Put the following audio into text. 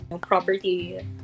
Property